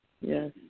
Yes